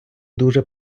дуже